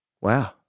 wow